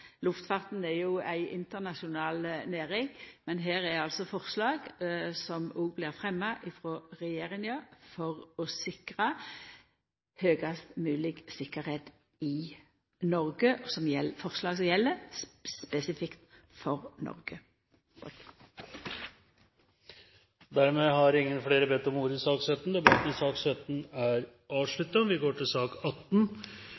luftfarten er jo ei internasjonal næring, men her er altså forslag som òg blir fremja frå regjeringa for å sikra høgast mogleg tryggleik i Noreg – forslag som gjeld spesifikt for Noreg. Flere har ikke bedt om ordet til sak nr. 17. Etter ønske fra justiskomiteen vil presidenten foreslå at sakene nr. 18